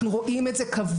אנחנו רואים את זה קבוע.